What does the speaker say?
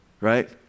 right